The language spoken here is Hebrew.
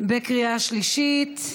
בקריאה שלישית.